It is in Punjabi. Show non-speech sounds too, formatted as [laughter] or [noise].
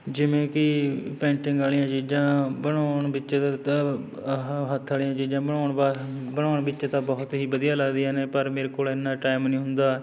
ਜਿਵੇਂ ਕਿ ਪੇਂਟਿੰਗ ਵਾਲੀਆਂ ਚੀਜ਼ਾਂ ਬਣਾਉਣ ਵਿੱਚ [unintelligible] ਆਹ ਹੱਥ ਵਾਲੀਆਂ ਚੀਜ਼ਾਂ ਬਣਾਉਣ ਵਾ ਬਣਾਉਣ ਵਿੱਚ ਤਾਂ ਬਹੁਤ ਹੀ ਵਧੀਆ ਲੱਗਦੀਆਂ ਨੇ ਪਰ ਮੇਰੇ ਕੋਲ ਇੰਨਾ ਟਾਈਮ ਨਹੀਂ ਹੁੰਦਾ